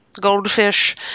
goldfish